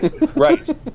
Right